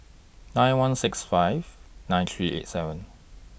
nine one six five nine three eight seven